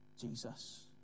Jesus